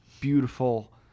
beautiful